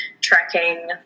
tracking